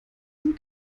den